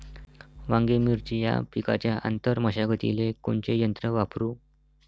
वांगे, मिरची या पिकाच्या आंतर मशागतीले कोनचे यंत्र वापरू?